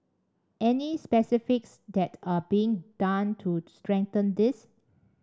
any specifics that are being done to strengthen this